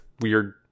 weird